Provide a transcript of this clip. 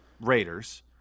Raiders